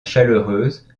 chaleureuse